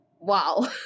Wow